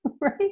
right